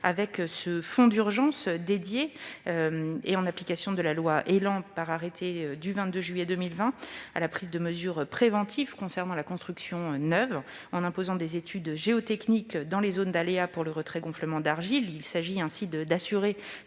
de ce fonds d'urgence, le Gouvernement, en application de la loi ÉLAN et par arrêté du 22 juillet 2020, a pris des mesures préventives concernant les constructions neuves, en imposant des études géotechniques dans les zones d'aléas pour le retrait-gonflement d'argile. Il s'agit de s'assurer